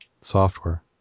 software